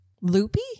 loopy